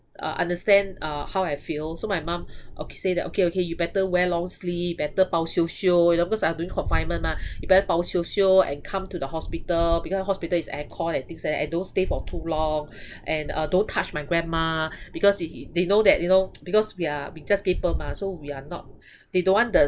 uh understand uh how I feel so my mum okay say that okay okay you better wear long sleeve better 包 sio sio you know because I'm doing confinement mah you better 包 sio sio and come to the hospital because hospital is aircon and things like that and don't stay for too long and uh don't touch my grandma because he he they know that you know because we are we just gave birth mah so we are not they don't want the